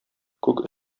күк